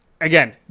again